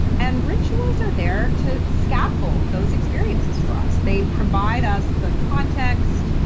and rituals are there to scaffold those experiences for us. they provide us the context,